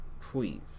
Please